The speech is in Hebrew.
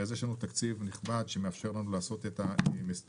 יש לנו תקציב נכבד שמאפשר לנו לעשות את המשימות,